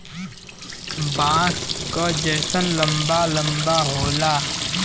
बाँस क जैसन लंबा लम्बा होला